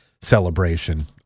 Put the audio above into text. celebration